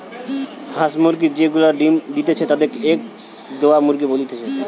হাঁস মুরগি যে গুলা ডিম্ দিতেছে তাদির কে এগ দেওয়া মুরগি বলতিছে